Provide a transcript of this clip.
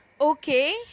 okay